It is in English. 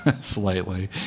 slightly